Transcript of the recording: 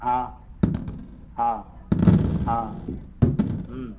હા હા હા હમ